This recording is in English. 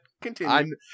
continue